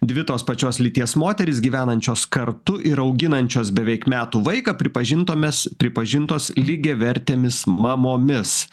dvi tos pačios lyties moterys gyvenančios kartu ir auginančios beveik metų vaiką pripažintomis pripažintos lygiavertėmis mamomis